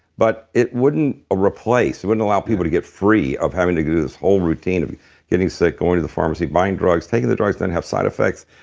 but it wouldn't ah replace, it wouldn't allow people to get free of having to do this whole routine of getting sick going to the pharmacy, buying drugs, taking the drugs, then have side effects,